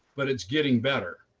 but it's getting better.